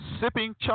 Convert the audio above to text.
sipping